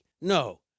No